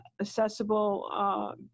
accessible